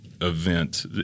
event